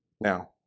now